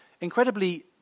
incredibly